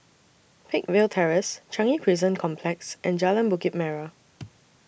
Peakville Terrace Changi Prison Complex and Jalan Bukit Merah